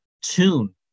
tune